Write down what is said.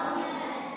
Amen